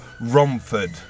Romford